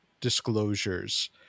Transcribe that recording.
disclosures